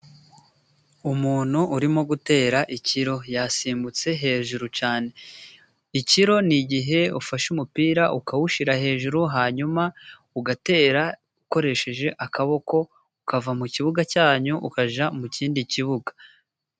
Umuntu urimo gutera ikiro yasimbutse hejuru cyane. Ikiro ni igihe ufashe umupira ukawushyira hejuru ,hanyuma ugatera ukoresheje akaboko, ukava mu kibuga cyanyu ,ukajya mu kindi kibuga.